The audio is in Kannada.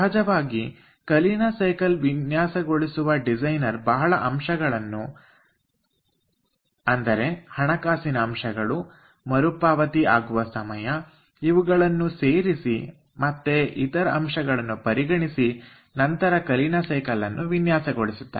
ಸಹಜವಾಗಿ ಕಲೀನಾ ಸೈಕಲ್ ವಿನ್ಯಾಸಗೊಳಿಸುವ ಡಿಸೈನರ್ ಬಹಳ ಅಂಶಗಳನ್ನು ಆದರೆ ಹಣಕಾಸಿನ ಅಂಶಗಳು ಮರುಪಾವತಿ ಆಗುವ ಸಮಯ ಇವುಗಳನ್ನು ಸೇರಿಸಿ ಮತ್ತೆ ಇತರ ಅಂಶಗಳನ್ನು ಪರಿಗಣಿಸಿ ನಂತರ ಕಲೀನಾ ಸೈಕಲ್ ಅನ್ನು ವಿನ್ಯಾಸಗೊಳಿಸುತ್ತಾರೆ